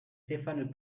stéphane